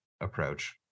approach